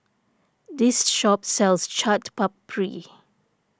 this shop sells Chaat Papri